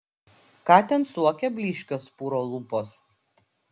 ką ten suokia blyškios puro lūpos